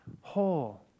whole